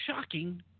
shocking